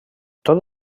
tot